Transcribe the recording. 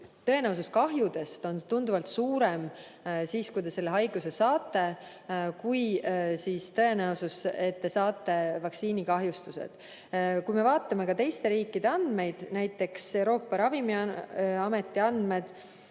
tõenäosus on tunduvalt suurem siis, kui te selle haiguse saate, mitte siis, kui te saate vaktsiini. Kui me vaatame ka teiste riikide andmeid, näiteks Euroopa Ravimiameti andmed,